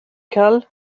cal